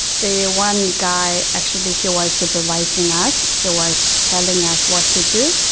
the ah one guy actually he was supervising us, he was telling us what to do.